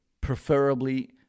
preferably